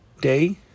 day